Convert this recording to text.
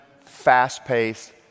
fast-paced